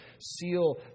seal